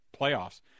playoffs